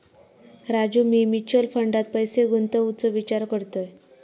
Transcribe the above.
राजू, मी म्युचल फंडात पैसे गुंतवूचो विचार करतय